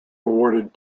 awarded